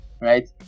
right